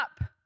up